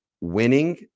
winning